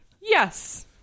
Yes